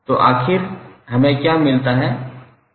तो आखिर हमें क्या मिलता है